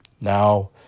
Now